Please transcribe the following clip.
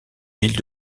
ville